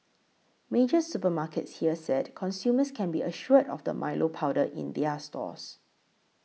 major supermarkets here said consumers can be assured of the Milo powder in their stores